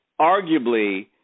arguably